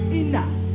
enough